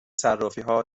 صرافیها